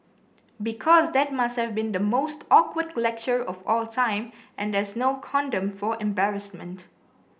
because that must have been the most awkward lecture of all time and there's no condom for embarrassment